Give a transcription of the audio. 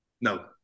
No